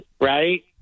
right